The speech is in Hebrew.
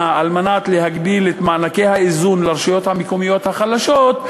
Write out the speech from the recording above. על מנת להגדיל את מענקי האיזון לרשויות המקומיות החלשות,